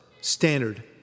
standard